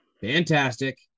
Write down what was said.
fantastic